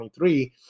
23